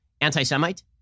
anti-Semite